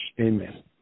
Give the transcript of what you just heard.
Amen